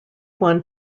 won